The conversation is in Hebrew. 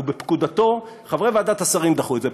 ובפקודתו חברי ועדת השרים דחו את זה,